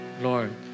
Lord